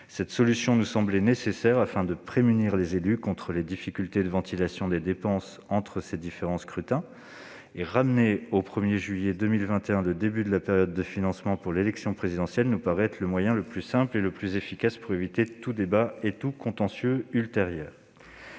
Cette approche nous semblait nécessaire afin de prémunir les élus contre les difficultés de ventilation des dépenses entre ces différents scrutins. Ramener au 1 juillet 2021 le début de la période de financement pour l'élection présidentielle nous paraît être le moyen le plus simple et le plus efficace pour éviter tout débat et tout contentieux ultérieur.